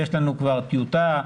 יש לנו כבר טיוטה,